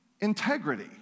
integrity